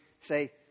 say